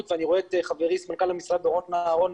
- ואני את חברי סמנכ"ל המשרד דורון אהרון